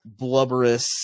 blubberous